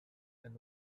and